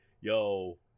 yo